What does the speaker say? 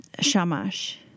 Shamash